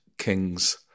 king's